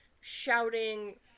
shouting